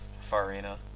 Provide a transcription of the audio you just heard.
Farina